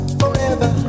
forever